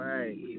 Right